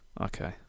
Okay